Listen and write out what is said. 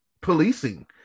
policing